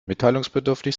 mitteilungsbedürftig